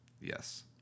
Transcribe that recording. Yes